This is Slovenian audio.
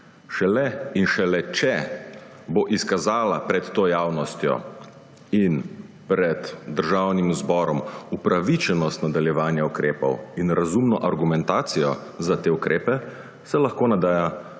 Šele in šele če bo izkazala pred to javnostjo in pred Državnim zborom upravičenost nadaljevanja ukrepov in razumno argumentacijo za te ukrepe, se lahko nadeja